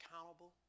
accountable